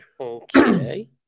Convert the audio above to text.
okay